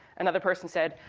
another person said,